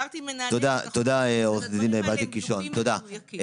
הדברים האלה בדוקים ומדויקים.